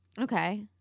Okay